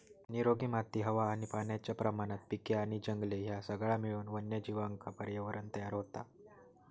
निरोगी माती हवा आणि पाण्याच्या प्रमाणात पिके आणि जंगले ह्या सगळा मिळून वन्यजीवांका पर्यावरणं तयार होता